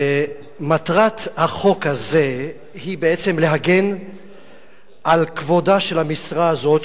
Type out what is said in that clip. מטרת החוק הזה היא בעצם להגן על כבודה של המשרה הזאת,